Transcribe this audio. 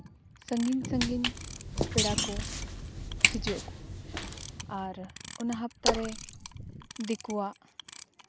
ᱥᱟᱺᱜᱤᱧ ᱥᱟᱺᱜᱤᱧ ᱯᱮᱲᱟ ᱠᱚ ᱦᱤᱡᱩᱜ ᱟᱠᱚ ᱟᱨ ᱚᱱᱟ ᱦᱟᱯᱛᱟᱨᱮ ᱫᱤᱠᱩᱣᱟᱜ